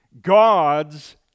God's